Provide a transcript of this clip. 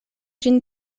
ĝin